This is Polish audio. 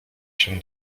się